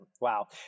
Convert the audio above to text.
wow